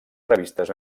revistes